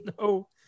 no